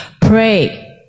Pray